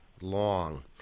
Long